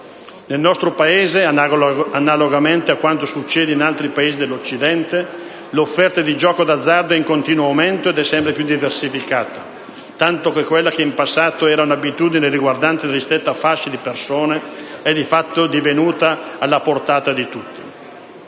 Nel nostro Paese, analogamente a quanto succede in altri Paesi dell'Occidente, l'offerta di gioco d'azzardo è in continuo aumento ed è sempre più diversificata, tanto che quella che in passato era un'abitudine riguardante una ristretta fascia di persone è divenuta, di fatto, alla portata di tutti.